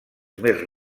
més